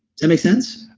that make sense?